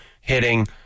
hitting